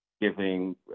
giving